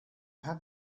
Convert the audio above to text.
have